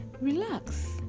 Relax